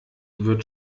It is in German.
wird